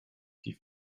die